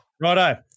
Righto